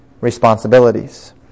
responsibilities